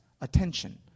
attention